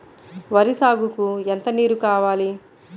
వరి సాగుకు ఎంత నీరు కావాలి?